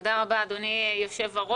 תודה רבה, אדוני היושב-ראש,